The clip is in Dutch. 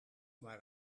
maar